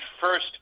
first